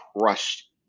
crushed